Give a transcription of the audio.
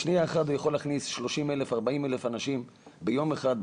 בשנייה אחת הוא יכול להכניס 30,000 40,000 אנשים ביום אחד,